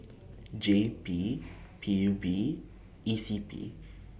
J P P U B E C P